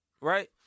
Right